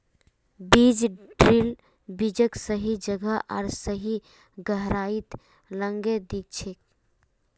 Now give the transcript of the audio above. बीज ड्रिल बीजक सही जगह आर सही गहराईत लगैं दिछेक